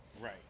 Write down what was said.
Right